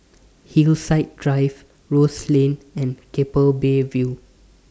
Hillside Drive Rose Lane and Keppel Bay View